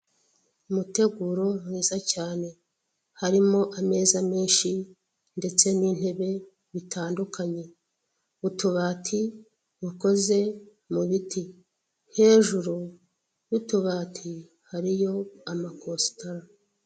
Umuteguro mwiza cyane harimo ameza menshi ndetse n'intebe bitandukanye, utubati dukoze mu biti hejuru y'utubati hariyo amakositara.